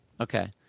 Okay